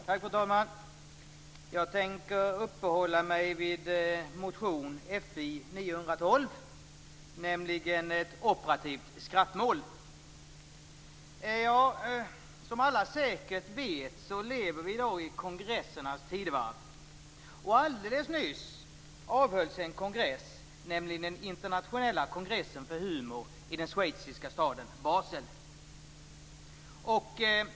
Fru talman! Jag tänker uppehålla mig vid motion Fi912 om ett operativt skrattmål. Som alla säkert vet lever vi i dag i kongressernas tidevarv. Alldeles nyss avhölls den internationella kongressen för humor i den schweiziska staden Basel.